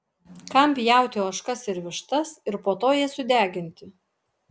kam pjauti ožkas ir vištas ir po to jas sudeginti